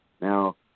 Now